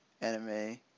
anime